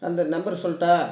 அந்த நம்பர் சொல்லட்டா